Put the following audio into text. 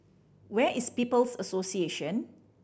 where is People's Association